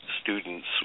students